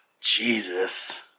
Jesus